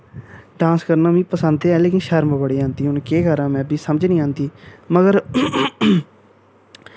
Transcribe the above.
dance करना मीं पसंद ते ऐ लेकिन शर्म बड़ी आंदी हून केह् करां मै बी समझ नी आंदी मगर